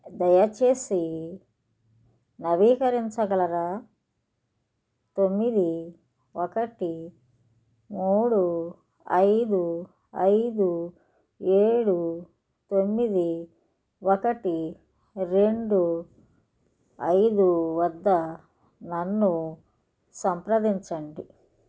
దయచేసి నవీకరించగలరా తొమ్మిది ఒకటి మూడు ఐదు ఐదు ఏడు తొమ్మిది ఒకటి రెండు ఐదు వద్ద నన్ను సంప్రదించండి